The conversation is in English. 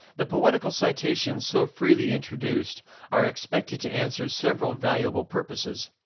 the poetical citations so freely introduced are expected to answer several valuable purposes.